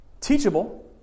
teachable